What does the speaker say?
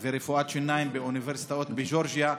ורפואת שיניים באוניברסיטאות בגאורגיה,